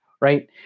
right